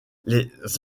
les